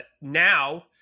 now